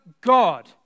God